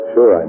Sure